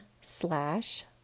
slash